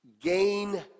gain